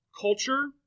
culture